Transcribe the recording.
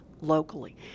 locally